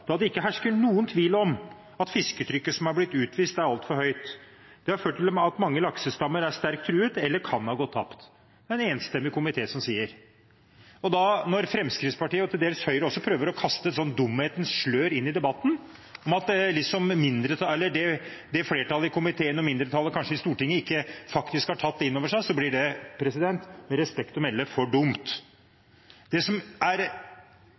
da det ikke hersker noen tvil om at fisketrykket som er blitt utvist, er altfor høyt. Det har ført til at mange laksestammer er sterkt truet eller kan ha gått tapt.» Det er det altså en enstemmig komité som sier. Når Fremskrittspartiet og til dels Høyre også prøver å kaste et sånt dumhetens slør inn i debatten, om at flertallet i komiteen – og mindretallet, kanskje – faktisk ikke har tatt det inn over seg, blir det med respekt å melde for dumt. Det som er